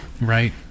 Right